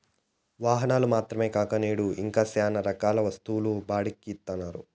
వాహనాలు మాత్రమే కాక నేడు ఇంకా శ్యానా రకాల వస్తువులు బాడుక్కి ఇత్తన్నారు